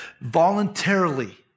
Voluntarily